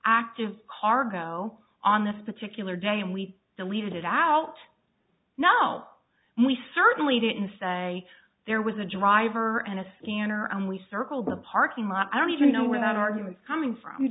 active cargo on this particular day and we deleted it out now and we certainly didn't say there was a driver and a scanner and we circled the parking lot i don't even know where that argument's coming from